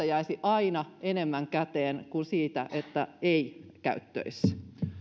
jäisi aina enemmän käteen kuin siitä että ei käy töissä